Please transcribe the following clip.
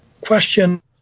question